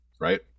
right